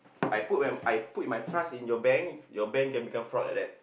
I put my I put in my trust in your bank your bank can become fraud like that